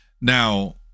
Now